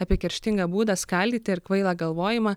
apie kerštingą būdą skaldyti ir kvailą galvojimą